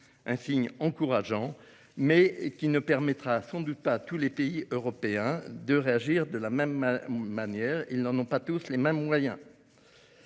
un signe encourageant, qui ne permettra sans doute pas à tous les pays européens de réagir de la même manière : tous n'en ont pas les moyens.